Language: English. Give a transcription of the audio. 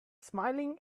smiling